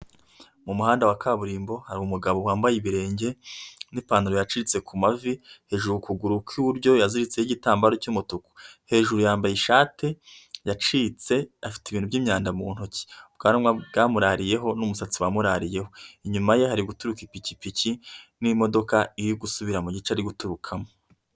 Mu muhanda wa kaburimbo hari umugabo wambaye ibirenge n'ipantaro yacitse ku mavi hejuru ukuguru kw'iburyo yaziritseho igitambaro cy'umutuku, hejuru yambaye ishati yacitse, afite ibintu by'imyanda mu ntoki, ubwanwa bwamurariyeho n'umusatsi wamurariyeho, inyuma ye hari guturuka ipikipiki n'imodoka iri gusubira mu gice ari guturukamo.